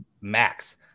max